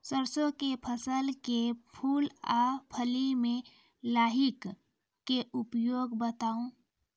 सरसों के फसल के फूल आ फली मे लाहीक के उपाय बताऊ?